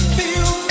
feel